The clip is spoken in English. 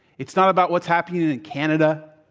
it's not about what's happening in canada,